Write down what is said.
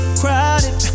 crowded